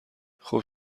خوب